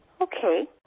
okay